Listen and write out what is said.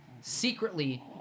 secretly